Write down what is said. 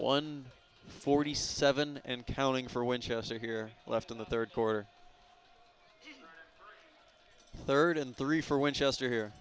one forty seven and counting for winchester here left in the third quarter third and three for winchester here